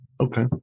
Okay